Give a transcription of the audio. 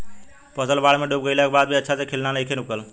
फसल बाढ़ में डूब गइला के बाद भी अच्छा से खिलना नइखे रुकल